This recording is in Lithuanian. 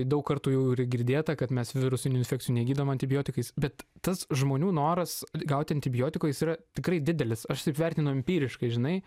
daug kartų jau ir girdėta kad mes virusinių infekcijų negydom antibiotikais bet tas žmonių noras gauti antibiotikų jis yra tikrai didelis aš taip vertinu empiriškai žinai